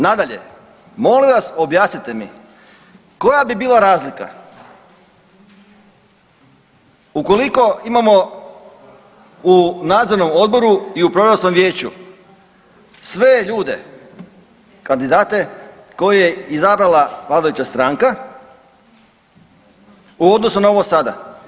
Nadalje, molim vas, objasnite mi koja bi bila razlika ukoliko imamo u Nadzornom odboru i u Programskom vijeću sve ljude kandidate koje je izabrala vladajuća stranka u odnosu na ovo sada?